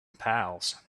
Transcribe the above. pals